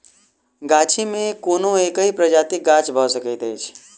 गाछी मे कोनो एकहि प्रजातिक गाछ भ सकैत अछि